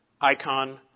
icon